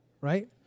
Right